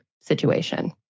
situation